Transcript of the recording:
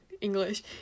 English